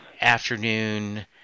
afternoon